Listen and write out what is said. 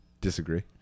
disagree